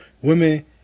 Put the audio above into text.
Women